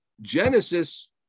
Genesis